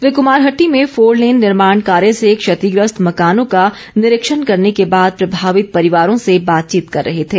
वे कुमारहट्टी में फोरलेन निर्माण कार्य से क्षतिग्रस्त मकानों का निरीक्षण करने के बाद प्रभावित परिवारों से बातचीत कर रहे थे